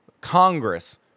Congress